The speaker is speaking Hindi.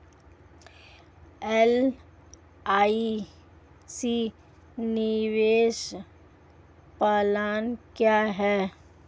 एल.आई.सी निवेश प्लान क्या है?